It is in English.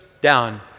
down